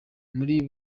muri